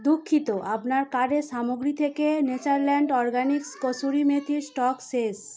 দুঃখিত আপনার কার্ডের সামগ্রী থেকে নেচারল্যান্ড অরগ্যানিক্স কসুরি মেথির স্টক শেষ